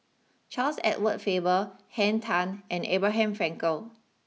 Charles Edward Faber Henn Tan and Abraham Frankel